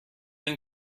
این